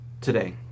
today